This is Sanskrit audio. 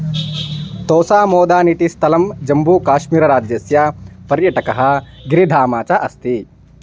तोसामोदानिटि स्थलं जम्मु काश्मीरराज्यस्य पर्यटकः गिरिधाम च अस्ति